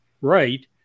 right